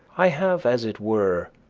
i have, as it were,